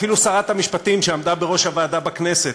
אפילו שרת המשפטים שעמדה בראש הוועדה בכנסת